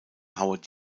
howard